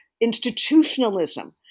institutionalism